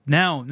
now